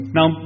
Now